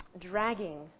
dragging